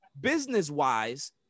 business-wise